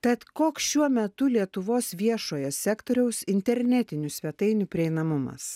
tad koks šiuo metu lietuvos viešojo sektoriaus internetinių svetainių prieinamumas